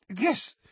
Yes